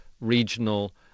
regional